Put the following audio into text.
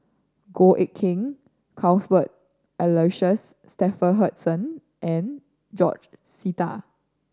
Goh Eck Kheng Cuthbert Aloysius Shepherdson and George Sita